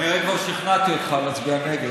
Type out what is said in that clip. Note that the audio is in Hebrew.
כנראה כבר שכנעתי אותך להצביע נגד,